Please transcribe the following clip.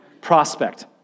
prospect